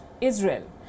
Israel